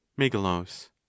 Megalos